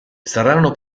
saranno